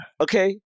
okay